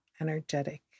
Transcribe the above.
energetic